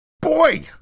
Boy